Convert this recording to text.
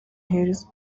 hills